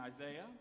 Isaiah